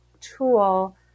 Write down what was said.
tool